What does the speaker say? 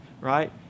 right